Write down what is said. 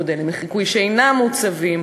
מודלים לחיקוי שאינם מוצבים,